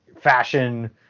fashion